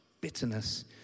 bitterness